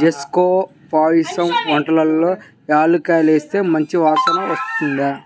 జేస్కొనే పాయసం వంటల్లో యాలుక్కాయాలేస్తే మంచి వాసనొత్తది